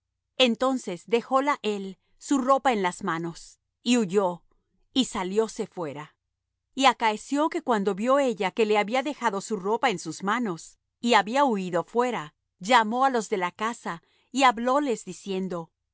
entonces dejóla él su ropa en las manos y huyó y salióse fuera y acaeció que cuando vió ella que le había dejado su ropa en sus manos y había huído fuera llamó á los de casa y hablóles diciendo